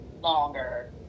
longer